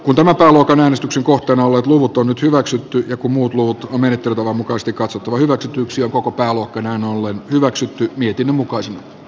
kun tämä pääluokan äänestyksen kohteena olleet luvut on nyt hyväksytty joku muu luotu menettelytavan mukaista katsottu hyväksytyksi koko pääluokka näin ollen hyväksyttyä mietinnön mukaan s